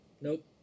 Nope